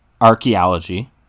archaeology